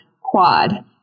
quad